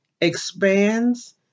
expands